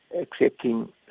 accepting